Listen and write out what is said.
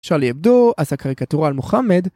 שרלי הבדו, עשה קריקטורה על מוחמד,